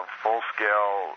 full-scale